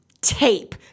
tape